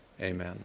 amen